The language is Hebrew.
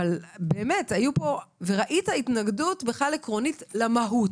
ראית התנגדות עקרונית למהות.